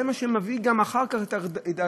זה מה שמביא גם, אחר כך, את ההידרדרות.